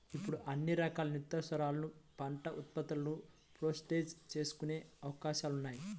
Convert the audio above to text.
ఇప్పుడు అన్ని రకాల నిత్యావసరాల పంట ఉత్పత్తులను స్టోరేజీ చేసుకునే అవకాశాలున్నాయి